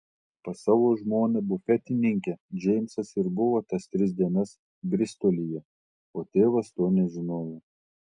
pas savo žmoną bufetininkę džeimsas ir buvo tas tris dienas bristolyje o tėvas to nežinojo